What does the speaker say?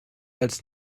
als